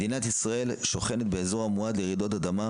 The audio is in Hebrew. מדינת ישראל שוכנת באזור המועד לרעידות אדמה,